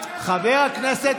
חבר הכנסת